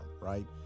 right